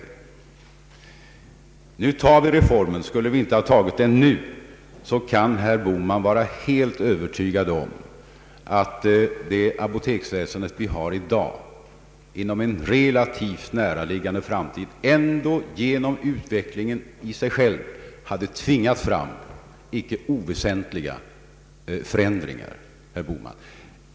Nu kommer vi att genomföra reformen. Skulle vi inte ha gjort det nu så kan herr Bohman vara helt övertygad om att det apoteksväsende vi har i dag inom en relativt näraliggande framtid ändå genom utvecklingen i sig själv hade tvingat fram icke oväsentliga förändringar.